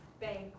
bank